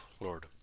lord